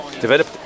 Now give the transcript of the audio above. develop